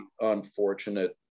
unfortunate